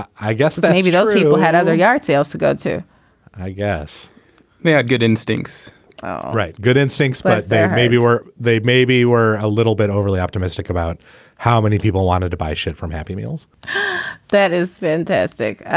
i guess that maybe those people had other yard sales to go to i guess they had good instincts right good instincts but there maybe were they maybe were a little bit overly optimistic about how many people wanted to buy shit from happy meals that is fantastic.